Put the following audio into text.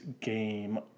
game